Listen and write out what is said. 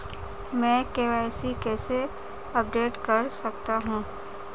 मैं के.वाई.सी कैसे अपडेट कर सकता हूं?